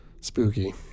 spooky